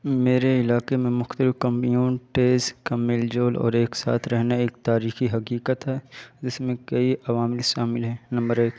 میرے علاقے میں مختلف کمیونٹیز کا میل جول اور ایک ساتھ رہنا ایک تاریخی حقیقت ہے جس میں کئی عوامل شامل ہیں نمبر ایک